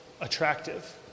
attractive